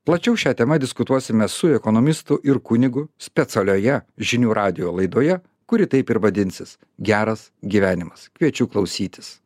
plačiau šia tema diskutuosime su ekonomistu ir kunigu specialioje žinių radijo laidoje kuri taip ir vadinsis geras gyvenimas kviečiu klausytis